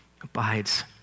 abides